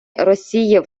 росії